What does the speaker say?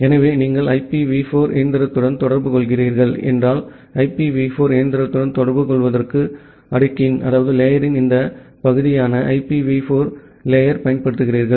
எனவே நீங்கள் IPv4 இயந்திரத்துடன் தொடர்புகொள்கிறீர்கள் என்றால் IPv4 இயந்திரத்துடன் தொடர்புகொள்வதற்கு அடுக்கின் இந்த பகுதியான IPv4 அடுக்கைப் பயன்படுத்துகிறீர்கள்